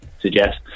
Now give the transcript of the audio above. suggest